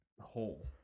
hole